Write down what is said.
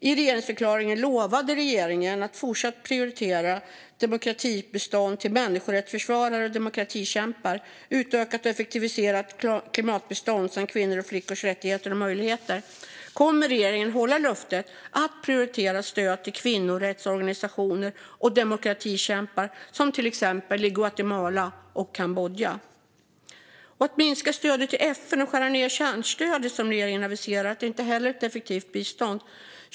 I regeringsförklaringen lovade regeringen att fortsatt prioritera "demokratibistånd till människorättsförsvarare och demokratikämpar, utökat och effektiviserat klimatbistånd samt kvinnors och flickors rättigheter och möjligheter". Kommer regeringen att hålla löftet att prioritera stöd till kvinnorättsorganisationer och demokratikämpar i till exempel Guatemala och Kambodja? Att minska stödet till FN och skära ned på kärnstödet så som regeringen aviserat är inte heller ett effektivt bistånd.